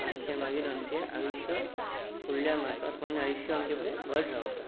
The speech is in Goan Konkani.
आमच्या मागीर आमचें आयुश्य फुडल्या म्हातारपण आयुश्य आमचें बरें घट रावता